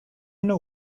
know